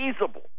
feasible